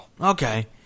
Okay